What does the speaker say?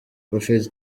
prophet